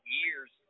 years